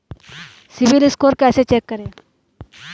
CIBIL score कैसे check करें?